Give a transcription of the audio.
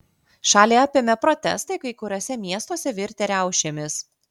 šalį apėmė protestai kai kuriuose miestuose virtę riaušėmis